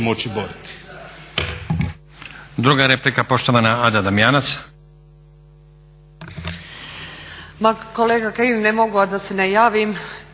moći boriti.